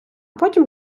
потім